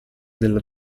nella